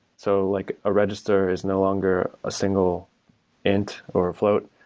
so like a register is no longer a single int or a float,